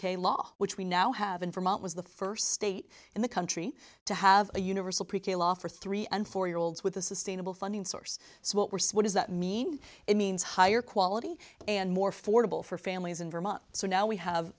k law which we now have in from up was the first state in the country to have a universal pre k law for three and four year olds with the sustainable funding source what we're switches that mean it means higher quality and more fordable for families in vermont so now we have